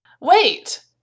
Wait